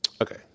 Okay